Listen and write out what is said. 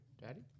daddy